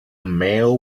male